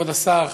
כבוד השר,